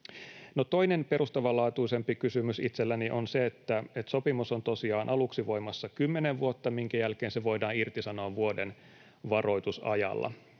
Toinen perustavanlaatuisempi kysymys itselläni on se, että sopimus on tosiaan aluksi voimassa kymmenen vuotta, minkä jälkeen se voidaan irtisanoa vuoden varoitusajalla.